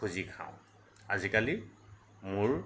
খুজি খাওঁ আজিকালি মোৰ